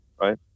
right